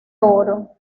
oro